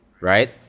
Right